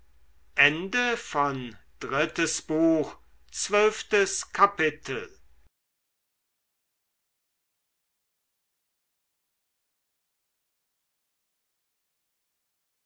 drittes buch erstes kapitel